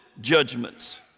judgments